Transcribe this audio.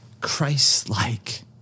Christ-like